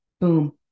Boom